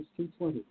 2.20